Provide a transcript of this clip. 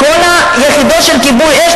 כל היחידות של כיבוי אש,